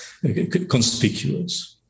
conspicuous